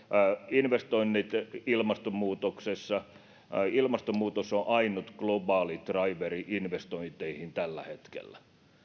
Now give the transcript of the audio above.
investoinnit ilmastonmuutoksessa ilmastonmuutos on ainut globaali draiveri investointeihin tällä hetkellä